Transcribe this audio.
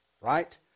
right